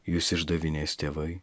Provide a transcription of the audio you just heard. jus išdavinės tėvai